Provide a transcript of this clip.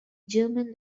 german